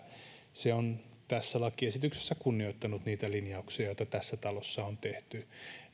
se on tässä lakiesityksessä kunnioittanut niitä linjauksia joita tässä talossa on tehty